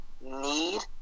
need